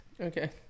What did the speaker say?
Okay